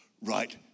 right